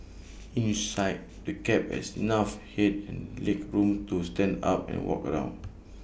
inside the cab has enough Head and legroom to stand up and walk around